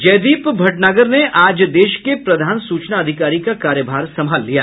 जयदीप भटनागर ने आज देश के प्रधान सूचना अधिकारी का कार्यभार संभाल लिया